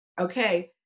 okay